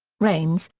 raines,